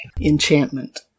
Enchantment